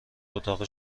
اتاق